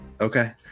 Okay